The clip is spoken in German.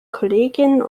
kolleginnen